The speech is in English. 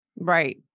Right